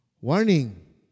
Warning